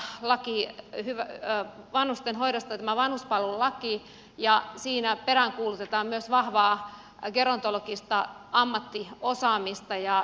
meillä on nyt voimassa laki vanhustenhoidosta tämä vanhuspalvelulaki ja siinä peräänkuulutetaan myös vahvaa gerontologista ammattiosaamista